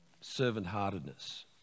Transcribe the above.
servant-heartedness